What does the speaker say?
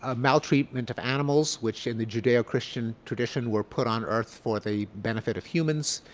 ah maltreatment of animals, which in the judeo-christian tradition, were put on earth for the benefit of humans.